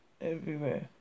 everywhere